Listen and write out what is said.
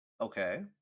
Okay